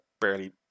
Barely